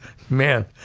man,